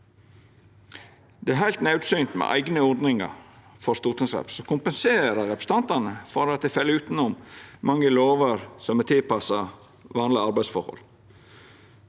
Det er heilt naudsynt med eigne ordningar for stortingsrepresentantar som kompenserer representantane for at dei fell utanom mange lover som er tilpassa vanlege arbeidsforhold.